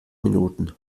minuten